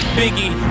biggie